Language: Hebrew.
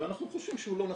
ואנחנו חושבים שהוא לא נכון.